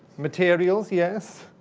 materials, yes.